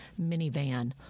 minivan